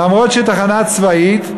למרות שהיא תחנה צבאית,